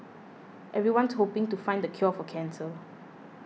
everyone hoping to find the cure for cancer